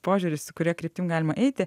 požiūris kuria kryptim galima eiti